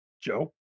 Joe